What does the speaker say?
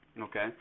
Okay